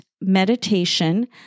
meditation